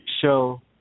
Show